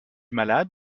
malade